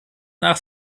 nach